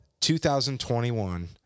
2021